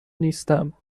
نیستم